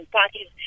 parties